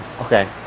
okay